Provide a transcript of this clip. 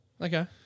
Okay